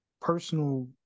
personal